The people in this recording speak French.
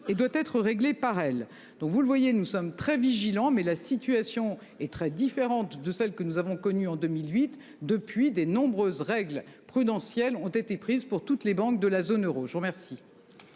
et doit être réglée par elle, donc vous le voyez, nous sommes très vigilants, mais la situation est très différente de celle que nous avons connu en 2008 depuis des nombreuses règles prudentielles ont été prises pour toutes les banques de la zone euro. Je vous remercie.